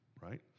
right